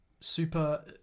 Super